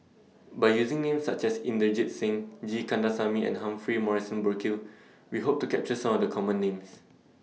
By using Names such as Inderjit Singh G Kandasamy and Humphrey Morrison Burkill We Hope to capture Some of The Common Names